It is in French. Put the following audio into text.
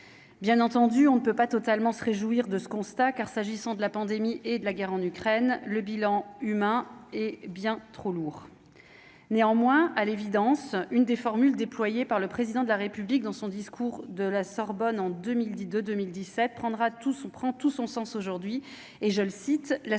bien entendu, on ne peut pas totalement se réjouir de ce constat car s'agissant de la pandémie et de la guerre en Ukraine, le bilan humain est bien trop lourd, néanmoins, à l'évidence une des formules déployés par le président de la République dans son discours de la Sorbonne en 2010 de 2017 prendra tout son prend tout son sens aujourd'hui et je le cite : la